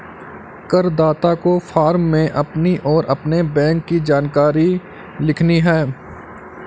करदाता को फॉर्म में अपनी और अपने बैंक की जानकारी लिखनी है